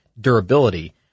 durability